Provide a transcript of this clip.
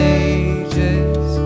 ages